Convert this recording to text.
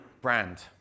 brand